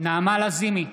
נעמה לזימי,